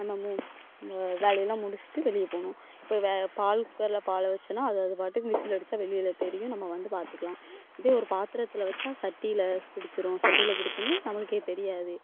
தினமும் இந்த வேலையெல்லாம் முடிச்சிவிட்டு வெளியே போகணும் இப்போ வே பால் குக்கரில் பாலை வச்சோன்னா அது அதுபாட்டுக்கு விசில் அடிச்சால் வெளியில தெரியும் நம்ம வந்து பார்த்துக்கலாம் இதே ஒரு பாத்திரத்தில் வச்சால் சட்டியில் பிடிச்சிரும் சட்டியில் பிடிச்சோனே நம்மளுக்கே தெரியாது